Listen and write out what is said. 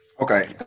Okay